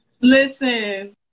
listen